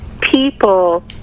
people